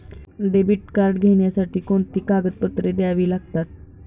Debit card घेण्यासाठी कोणती कागदपत्रे द्यावी लागतात?